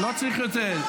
לא צריך יותר.